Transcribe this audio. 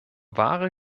wahre